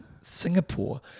Singapore